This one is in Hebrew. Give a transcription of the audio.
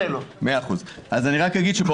עכשיו אני אגיד דבר אחד: כן נלחמנו בשביל העסקים הקטנים.